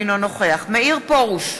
אינו נוכח מאיר פרוש,